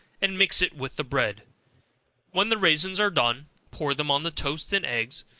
and mix it with the bread when the raisins are done, pour them on the toast and eggs,